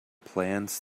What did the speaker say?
plants